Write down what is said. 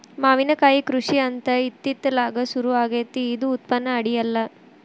ಮಾವಿನಕಾಯಿ ಕೃಷಿ ಅಂತ ಇತ್ತಿತ್ತಲಾಗ ಸುರು ಆಗೆತ್ತಿ ಇದು ಉತ್ಪನ್ನ ಅಡಿಯಿಲ್ಲ